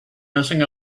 messing